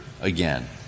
again